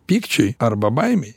pykčiui arba baimei